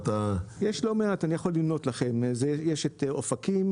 יש לא מעט; אני יכול למנות לכם: יש את אופקים,